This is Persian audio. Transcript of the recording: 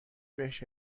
بهش